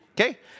Okay